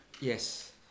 Yes